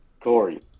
Corey